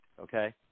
okay